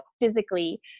physically